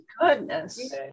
goodness